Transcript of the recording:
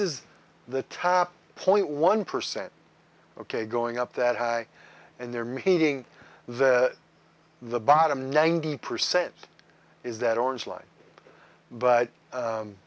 is the top point one percent ok going up that high and there meeting the bottom ninety percent is that orange line but